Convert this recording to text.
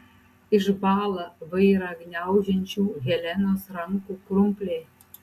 išbąla vairą gniaužiančių helenos rankų krumpliai